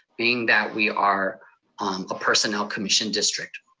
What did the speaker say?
being that we are a personnel commission district.